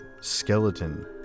skeleton